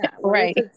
Right